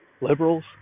liberals